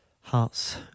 Hearts